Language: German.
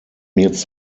jetzt